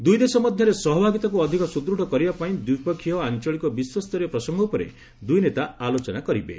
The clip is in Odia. ଦୁଇ ଦେଶ ମଧ୍ୟରେ ସହଭାଗିତାକୁ ଅଧିକ ସୁଦୃତ୍ କରିବାପାଇଁ ଦ୍ୱିପକ୍ଷୀୟ ଆଞ୍ଚଳିକ ଓ ବିଶ୍ୱସ୍ତରୀୟ ପ୍ରସଙ୍ଗ ଉପରେ ଦୁଇ ନେତା ଆଲୋଚନା କରିବେ